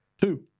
Two